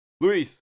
Luis